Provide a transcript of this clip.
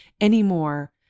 anymore